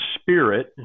Spirit